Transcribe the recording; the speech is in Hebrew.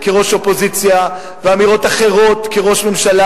כראש אופוזיציה, ואמירות אחרות כראש ממשלה.